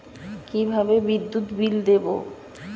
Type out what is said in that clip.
কিভাবে বিদ্যুৎ বিল দেবো?